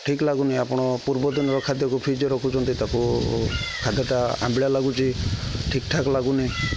ଠିକ୍ ଲାଗୁନି ଆପଣ ପୂର୍ବ ଦିନର ଖାଦ୍ୟକୁ ଫ୍ରିଜରେ ରଖୁଛନ୍ତି ତାକୁ ଖାଦ୍ୟଟା ଆମ୍ବିଳା ଲାଗୁଛି ଠିକ ଠାକ୍ ଲାଗୁନି